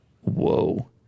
Whoa